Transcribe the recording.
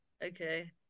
Okay